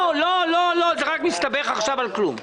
זה רק מסתבך עכשיו ללא סיבה.